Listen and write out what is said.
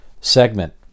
segment